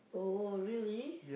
oh really